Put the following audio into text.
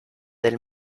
del